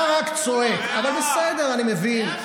אתה רק צועק, אבל בסדר, אני מבין.